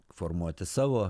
formuoti savo